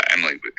Emily